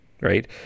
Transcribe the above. right